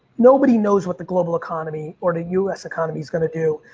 nobody knows what the global economy or the us economy is going to do.